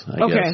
Okay